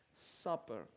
supper